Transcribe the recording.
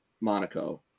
Monaco